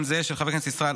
של חבר הכנסת משה גפני,